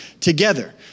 together